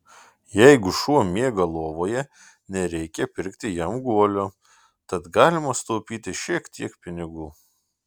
jeigu šuo miega lovoje nereikia pirkti jam guolio tad galima sutaupyti šiek tiek pinigų